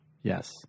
Yes